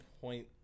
point